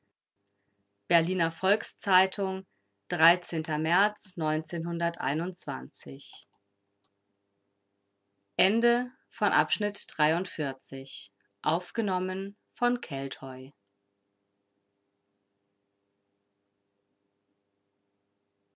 berliner volks-zeitung märz